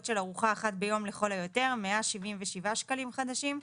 של ארוחה אחת ביום לכל היותר - 177 שקלים חדשים,